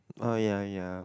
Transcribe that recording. uh ya ya